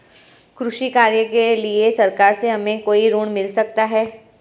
कृषि कार्य के लिए सरकार से हमें कोई ऋण मिल सकता है?